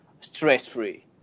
stress-free